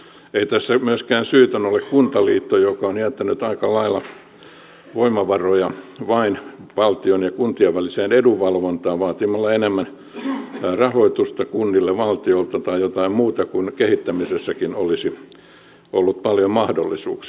ei tässä myöskään syytön ole kuntaliitto joka on jättänyt aika lailla voimavaroja vain valtion ja kuntien väliseen edunvalvontaan vaatimalla enemmän rahoitusta kunnille valtiolta tai jotain muuta kun kehittämisessäkin olisi ollut paljon mahdollisuuksia